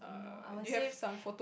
no I will save